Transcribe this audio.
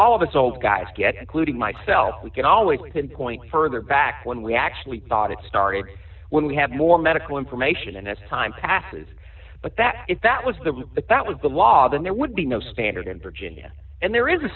all of us old guys get including myself we can all even point further back when we actually thought it started when we have more medical information and as time passes but that if that was the route that was the law then there would be no standard in virginia and there is a